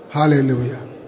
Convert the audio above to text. Hallelujah